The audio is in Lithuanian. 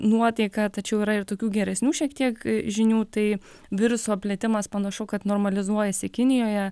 nuotaika tačiau yra ir tokių geresnių šiek tiek žinių tai viruso plitimas panašu kad normalizuojasi kinijoje